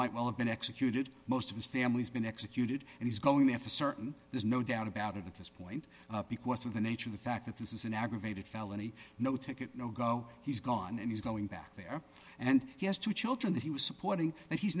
might well have been executed most of his family's been executed and he's going to have a certain there's no doubt about it at this point because of the nature of the fact that this is an aggravated felony no ticket no go he's gone and he's going back there and he has two children that he was supporting that he's